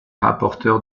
rapporteur